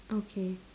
okay